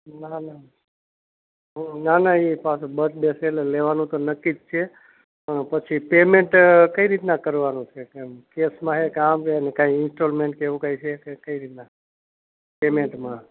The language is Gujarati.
ના ના ના ના એ પાછો બડ્ડે છે એટલે લેવાનું તો નક્કી જ છે પણ પછી પેમેન્ટ કઈ રીતના કરવાનું છે એમ કેશમાં છે કે આમ છે ને કંઈ ઇન્સ્ટોલમેન્ટ કે એવું કંઈ છે કે કઈ રીતના પેમેન્ટમાં